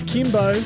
Kimbo